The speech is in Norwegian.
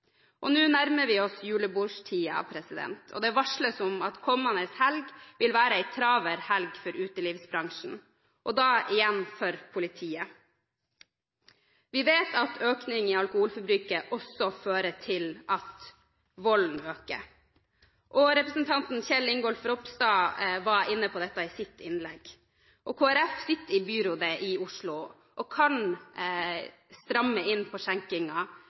anmeldt. Nå nærmer vi oss julebordstiden, og det varsles om at kommende helg vil være en travel helg for utelivsbransjen – og da igjen for politiet. Vi vet at en økning i alkoholforbruket også fører til at volden øker. Representanten Kjell Ingolf Ropstad var inne på dette i sitt innlegg. Kristelig Folkeparti sitter i byrådet i Oslo og kan stramme inn skjenketiden, hvis de vil det. Men de ga opp skjenketidene for